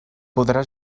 podrà